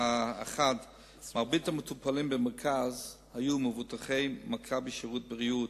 1. מרבית המטופלים במרכז היו מבוטחי "מכבי שירותי בריאות",